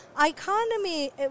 Economy